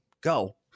Go